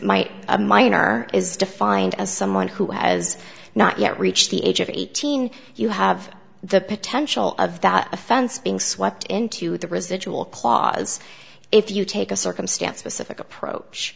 a minor is defined as someone who has not yet reached the age of eighteen you have the potential of that offense being swept into the residual clause if you take a circumstance specific approach